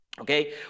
Okay